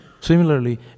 Similarly